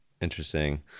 Interesting